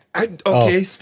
Okay